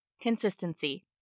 Consistency